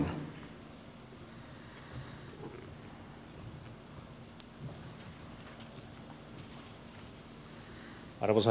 arvoisa herra puhemies